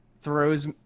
throws